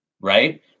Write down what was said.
Right